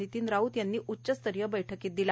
नितीन राऊत त्यांनी उच्चस्तरीय बैठकीत दिला